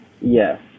Yes